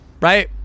right